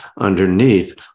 underneath